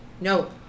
No